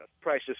Price's